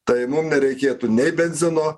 tai mum nereikėtų nei benzino